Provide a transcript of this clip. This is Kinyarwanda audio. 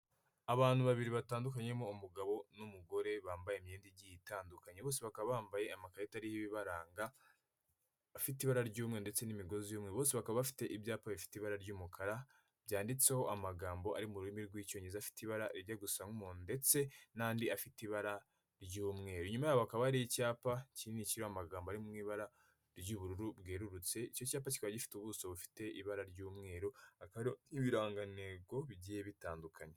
Abantu babiri batandukanye barimo umugabo n'umugore bambaye imyenda igiye itandukanye, bose bakaba bambaye amakarita ariho ibibaranga, afite ibara ry'umyeru ndetse n'imigozi y'umweru, bose bakaba bafite ibyapa bifite ibara ry'umukara byanditseho amagambo ari mu rurimi rw'Icyongereza afite ibara rijya gusa nk'umuhondo, ndetse n'andi afite ibara ry'umweru, inyuma yabo hakaba hari icyapa kinini kiriho amagambo ari mu ibara ry'ubururu bwerurutse, icyo cyapa kiba gifite ubuso bufite ibara ry'umweru, hakaba hariho n'ibirangantego bigiye bitandukanye.